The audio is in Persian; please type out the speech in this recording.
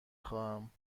خواهم